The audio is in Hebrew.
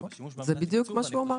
זה בדיוק מה שהוא אמר.